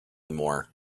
more